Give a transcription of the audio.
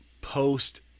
post